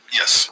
yes